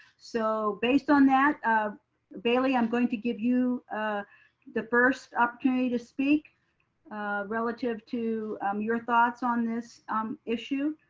so based on that, um baylee, i'm going to give you the first opportunity to speak relative to your thoughts on this issue.